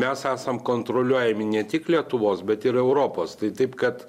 mes esam kontroliuojami ne tik lietuvos bet ir europos tai taip kad